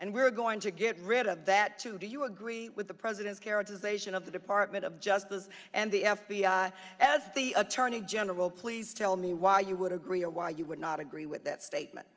and we are going to get rid of that, too. do you agree with the president's characterization with the department of justice and the fbi as the attorney general please tell me why you would agree or why you would not agree with that statement.